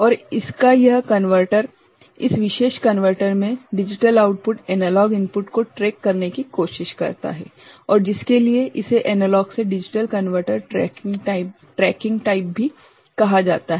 और इसका यह कनवर्टर इस विशेष कनवर्टर में डिजिटल आउटपुट एनालॉग इनपुट को ट्रैक करने की कोशिश करता है और जिसके लिए इसे एनालॉग से डिजिटल कनवर्टर ट्रैकिंग टाइप भी कहा जाता है